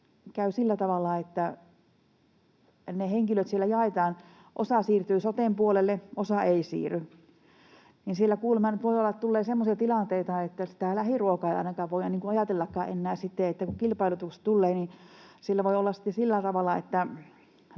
käy sillä tavalla, että ne henkilöt siellä jaetaan ja osa siirtyy soten puolelle ja osa ei siirry, niin siellä kuulemma voi tulla semmoisia tilanteita, että ainakaan lähiruokaa ei voida ajatellakaan enää sitten, kun kilpailutus tulee ja voi olla sillä tavalla, että